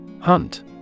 Hunt